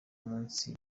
munsi